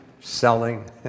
selling